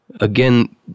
Again